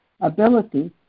ability